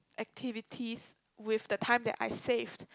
activities with the time that I save